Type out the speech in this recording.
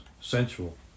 sensual